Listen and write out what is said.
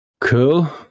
cool